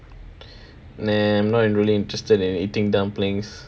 I'm not really interested in eating dumplings